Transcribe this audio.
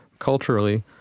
culturally,